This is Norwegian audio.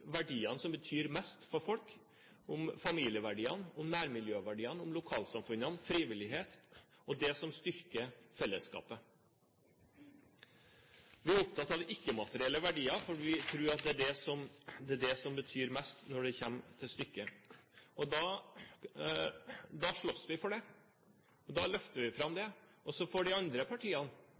verdiene som betyr mest for folk, om familieverdiene, nærmiljøverdiene, lokalsamfunnene, frivillighet og det som styrker fellesskapet. Vi er opptatt av ikke-materielle verdier, for vi tror at det er det som betyr mest når det kommer til stykket. Da slåss vi for det, da løfter vi fram det, og så får de andre partiene